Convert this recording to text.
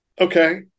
Okay